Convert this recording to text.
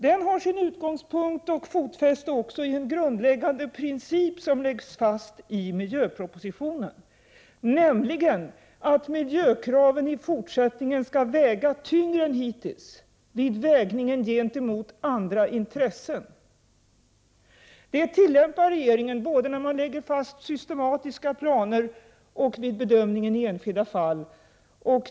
Den har sin utgångspunkt och sitt fotfäste i en grundläggande princip som läggs fast i miljöpropositionen, nämligen att miljökraven i fortsättningen skall väga tyngre än hittills vid vägning gentemot andra intressen. Detta tillämpar regeringen både när man lägger fast systematiska planer och vid bedömningen i enskilda fall.